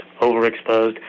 overexposed